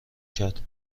کرد